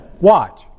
watch